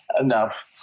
enough